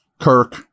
Kirk